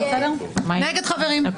מי נמנע?